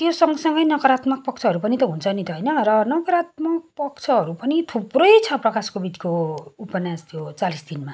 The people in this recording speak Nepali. त्यो सँगसँगै नकारात्मक पक्षहरू पनि त हुन्छ नि त होइन र नकारात्मक पक्षहरू पनि थुप्रै छ प्रकाश कोविदको उपन्यास त्यो चालिस दिनमा